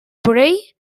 pray